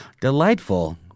delightful